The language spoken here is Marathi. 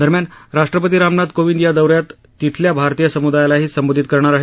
दरम्यान राष्ट्रपती रामनाथ कोविंद या दौ यात तिथल्या भारतीय समुदायालाही संबोधित करणार आहेत